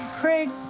Craig